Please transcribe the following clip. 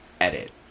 Edit